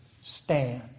stand